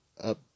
up